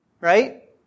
right